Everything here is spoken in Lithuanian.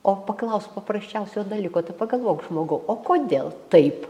o paklausk paprasčiausio dalyko tu pagalvok žmogau o kodėl taip